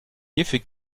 hierfür